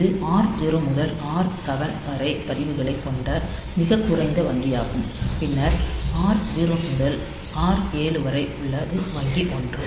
இது R0 முதல் R7 வரை பதிவுகளைக் கொண்ட மிகக் குறைந்த வங்கியாகும் பின்னர் R0 முதல் R7 வரை உள்ளது வங்கி ஒன்று